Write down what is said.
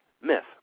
myth